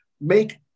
make